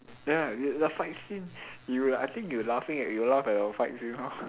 then like the fight scene you like I think you laughing at you laugh at the fight scene lor